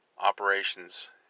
operations